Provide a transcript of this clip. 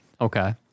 okay